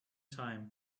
time